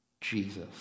Jesus